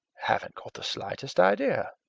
haven't got the slightest idea!